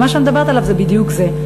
ומה שאני מדברת עליו זה בדיוק זה.